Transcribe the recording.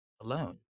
alone